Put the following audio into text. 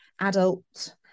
adults